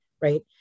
Right